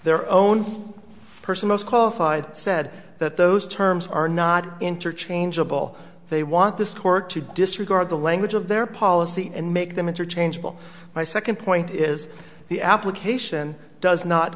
their own person most qualified said that those terms are not interchangeable they want this court to disregard the language of their policy and make them interchangeable my second point is the application does not